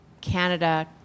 Canada